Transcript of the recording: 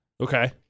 Okay